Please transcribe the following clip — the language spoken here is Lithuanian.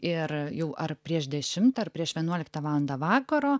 ir jau ar prieš dešimtą ar prieš vienuoliktą valandą vakaro